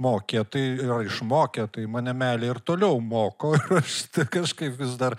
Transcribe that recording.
mokė tai a išmokė tai mane meilė ir toliau moko aš t kažkaip vis dar